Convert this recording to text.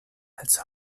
als